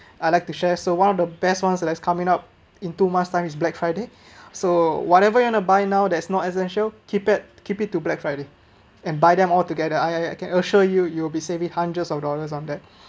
I'd like to share so one of the best one of the coming up in two months time is black friday so whatever you want to buy now that’s not essential keep it keep it to black friday and buy them all together I I can assure you you will be save it hundreds of dollars on that